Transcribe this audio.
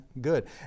good